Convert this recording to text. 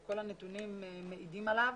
וכל הנתונים מעידים על כך.